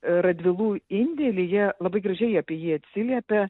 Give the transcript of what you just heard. radvilų indėlį jie labai gražiai apie jį atsiliepia